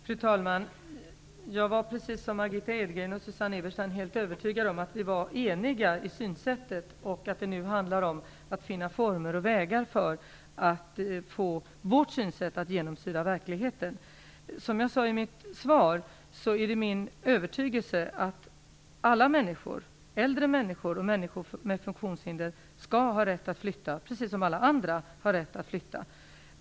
Fru talman! Jag var precis som Margitta Edgren och Susanne Eberstein helt övertygad om att vi var eniga i synsättet och att det nu handlar om att finna former och vägar för att få vårt synsätt att genomsyra verkligheten. Som jag sade i mitt svar är det min övertygelse att alla människor - äldre människor och människor med funktionshinder - skall ha rätt att flytta, precis som alla andra har rätt att flytta.